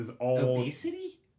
Obesity